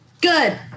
Good